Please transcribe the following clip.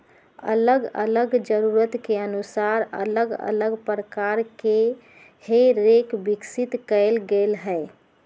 अल्लग अल्लग जरूरत के अनुसार अल्लग अल्लग प्रकार के हे रेक विकसित कएल गेल हइ